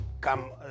come